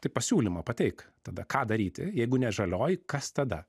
tai pasiūlymą pateik tada ką daryti jeigu ne žalioji kas tada